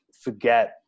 forget